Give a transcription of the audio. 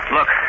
Look